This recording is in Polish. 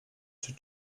czy